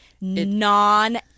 Non